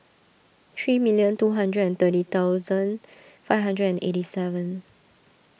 three million two hundred and thirty thousand five hundred and eighty seven